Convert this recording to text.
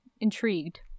intrigued